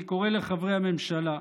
אני קורא לחברי הממשלה: